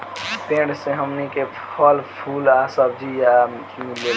पेड़ से हमनी के फल, फूल आ सब्जी सब मिलेला